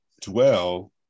dwell